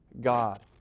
God